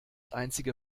einzige